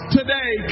today